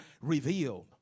revealed